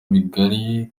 bigari